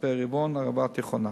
מצפה-רמון והערבה התיכונה.